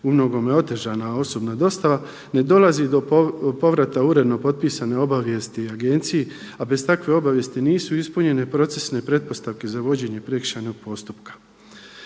u mnogome otežana osobna dostava, ne dolazi do povrata uredno potpisane obavijesti agenciji, a bez takve obavijesti nisu ispunjene procesne pretpostavke za vođenje prekršajnog postupaka.